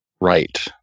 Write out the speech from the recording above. right